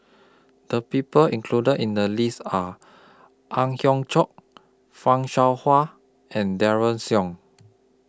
The People included in The list Are Ang Hiong Chiok fan Shao Hua and Daren Shiau